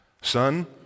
Son